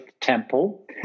temple